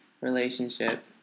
relationship